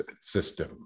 system